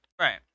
right